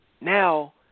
Now